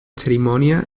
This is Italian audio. cerimonia